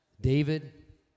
David